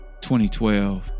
2012